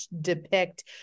depict